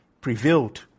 prevailed